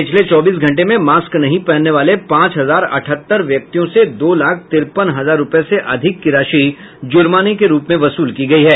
पिछले चौबीस घंटे में मास्क नहीं पहनने वाले पांच हजार अठहत्तर व्यक्तियों से दो लाख तिरपन हजार रूपये से अधिक की राशि जुर्माने के रूप में वसूल की गयी है